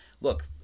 look